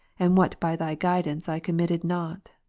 and what by thy guidance i committed not.